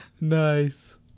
Nice